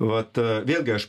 vat vėlgi aš